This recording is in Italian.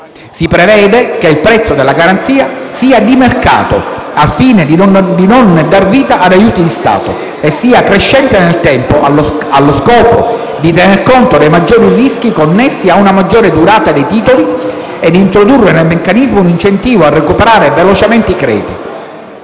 Si prevede che il prezzo della garanzia sia di mercato, al fine di non dar vita ad aiuti di Stato, e crescente nel tempo, allo scopo di tener conto dei più elevati rischi connessi a una maggiore durata dei titoli e d'introdurre nel meccanismo un incentivo a recuperare velocemente i crediti.